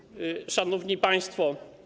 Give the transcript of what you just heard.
Szanowni Państwo!